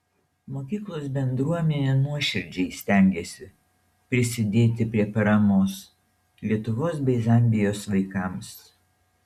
mokyklos bendruomenė nuoširdžiai stengėsi prisidėti prie paramos lietuvos bei zambijos vaikams